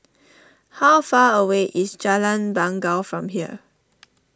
how far away is Jalan Bangau from here